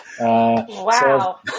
Wow